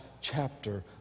chapter